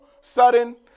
sudden